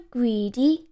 Greedy